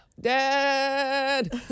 Dad